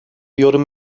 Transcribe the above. yorum